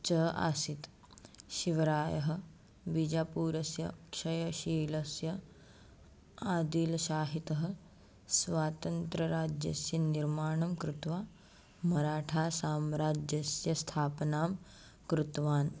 च आसीत् शिवरायः बिजापुरस्य क्षयशीलस्य आदिलशाहितः स्वातन्त्रराज्यस्य निर्माणं कृत्वा मराठासाम्राज्यस्य स्थापनां कृतवान्